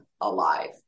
alive